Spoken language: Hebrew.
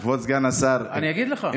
אגיד לך?